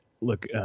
Look